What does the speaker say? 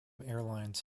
airlines